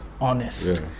honest